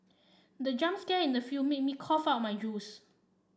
the jump scare in the film made me cough out my juice